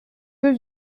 deux